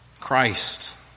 Christ